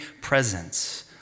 presence